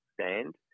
stand